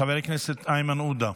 חבר הכנסת איימן עודה,